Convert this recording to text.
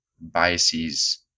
biases